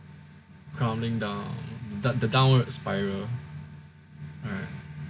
the downwards spiral